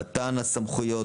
מתן הסמכויות,